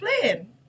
playing